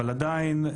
אבל עדיין,